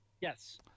yes